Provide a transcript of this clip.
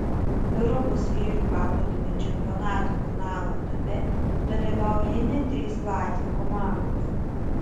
europos vyrų paplūdimio čempionato finalo etape dalyvauja net trys latvių komandos